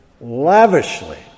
lavishly